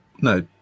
No